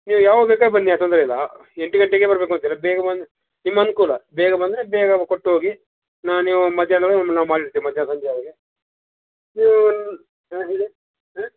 ನೀವು ಯಾವಾಗ ಬೇಕಾರು ಬನ್ನಿ ಅದು ತೊಂದರೆ ಇಲ್ಲ ಎಂಟು ಗಂಟೆಗೆ ಬರಬೇಕು ಅಂತ ಇಲ್ಲ ಬೇಗ ಬಂದು ನಿಮ್ಮ ಅನಕೂಲ ಬೇಗ ಬಂದರೆ ಬೇಗ ಕೊಟ್ಟು ಹೋಗಿ ನಾ ನೀವು ಮಧ್ಯಾಹ್ನವೆ ಬಂದು ನಾವು ಮಾಡಿ ಇರ್ತೆ ಮಧ್ಯಾಹ್ನ ಸಂಜೆ ಒಳಗೆ ನೀವು ಹಾಂ ಹೇಳಿ ಹಾಂ